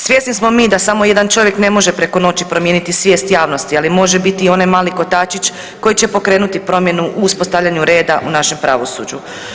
Svjesni smo mi da samo jedan čovjek ne može preko noći promijeniti svijest javnosti, ali može biti onaj mali kotačić koji će pokrenuti promjenu u uspostavljanju reda u našem pravosuđu.